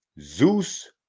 Zeus